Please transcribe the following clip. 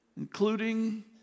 including